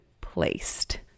placed